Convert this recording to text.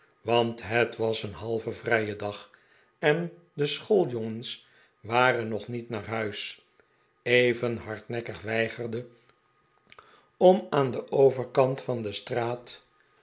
want het was een halve vrije dag en de schooljongens waren nog niet naar huis even hardnekkig weigerde om aan den overkant van de straat